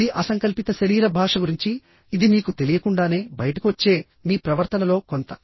ఇది అసంకల్పిత శరీర భాష గురించిఇది మీకు తెలియకుండానే బయటకు వచ్చే మీ ప్రవర్తనలో కొంత